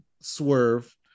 Swerve